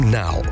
now